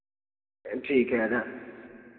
ठीक है दादा